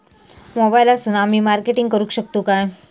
मोबाईलातसून आमी मार्केटिंग करूक शकतू काय?